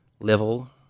level